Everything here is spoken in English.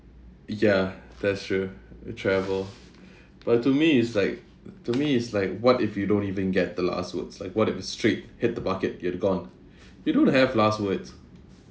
ya that's true we travel but to me it's like to me it's like what if you don't even get the last words like what if a straight hit the bucket you'd gone you don't have last words